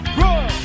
run